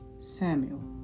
Samuel